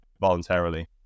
voluntarily